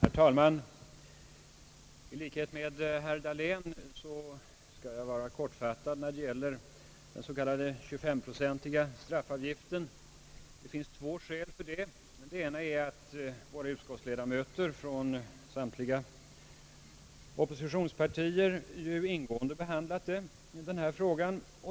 Herr talman! I likhet med herr Dahlén skall jag fatta mig kort när det gäller den s.k. 25-procentiga straffavgiften. Det finns två skäl för detta. Det ena är att utskottsledamöterna från samtliga oppositionspartier redan ingående behandlat frågan.